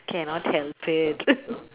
cannot help it